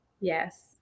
yes